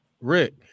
Rick